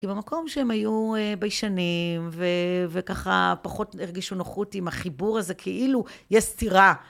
כי במקום שהם היו ביישנים ו... וככה פחות הרגישו נוחות עם החיבור הזה, כאילו יש סתירה.